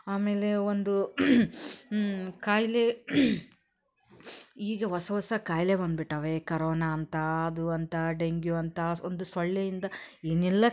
ಆಮೇಲೆ ಒಂದು ಖಾಯಿಲೆ ಈಗ ಹೊಸ ಹೊಸ ಖಾಯಿಲೆ ಬಂದ್ಬಿಟ್ಟಿವೆ ಕರೋನ ಅಂತ ಅದು ಅಂತ ಡೆಂಗ್ಯು ಅಂತ ಒಂದು ಸೊಳ್ಳೆಯಿಂದ ಏನೆಲ್ಲ